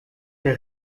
der